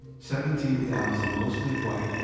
seventeen thousand mostly white,